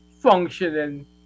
functioning